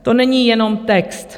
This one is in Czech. To není jenom text.